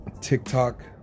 TikTok